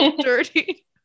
dirty